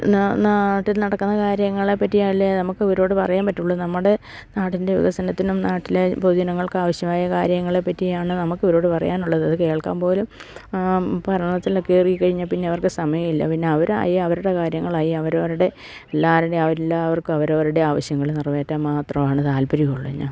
നാട്ടിൽ നടക്കുന്ന കാര്യങ്ങളെ പറ്റിയല്ലേ നമുക്ക് ഇവരോട് പറയാൻ പറ്റുള്ളൂ നമ്മുടെ നാട്ടിൻ്റെ വികസനത്തിനും നാട്ടിലെ പൊതുജനങ്ങൾക്ക് ആവശ്യമായ കാര്യങ്ങളെ പറ്റിയാണ് നമുക്ക് ഇവരോട് പറയാനുള്ളത് അത് കേൾക്കാൻ പോലും ഭരണത്തിലൊക്കെ കയറി കഴിഞ്ഞാൽ പിന്നെ അവർക്ക് സമയില്ല പിന്നെ അവരായി അവരുടെ കാര്യങ്ങളായി അവരവരുടെ എല്ലാവരുടെയും അവരെല്ലാവർക്കും അവരവരുടെ ആവശ്യങ്ങള് നിറവേറ്റാൻ മാത്രമാണ് താല്പര്യമുള്ളത്